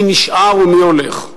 מי נשאר ומי הולך.